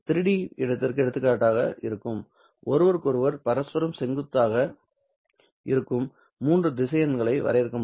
3D இடத்திற்கு எடுத்துக்காட்டாக இருந்தால் ஒருவருக்கொருவர் பரஸ்பரம் செங்குத்தாக இருக்கும் 3 திசையன்களை வரையறுக்க முடியும்